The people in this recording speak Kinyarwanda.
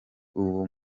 uwo